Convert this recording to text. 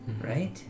Right